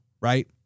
right